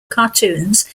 cartoons